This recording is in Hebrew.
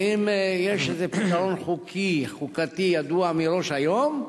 האם יש איזה פתרון חוקי, חוקתי, ידוע מראש היום,